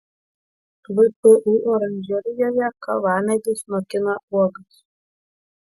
vpu oranžerijoje kavamedis nokina uogas